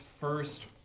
first